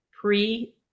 pre